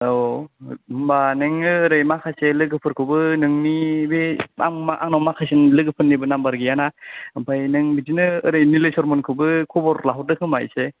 औ होमबा नोङो ओरै माखासे लोगोफोरखौबो नोंनि बे आं आंनाव माखासे लोगोफोरनिबो नाम्बार गैयाना ओमफ्रायनों बिदिनो ओरै निलेशर मोनखौबो खबर लाहरदो खोमा एसे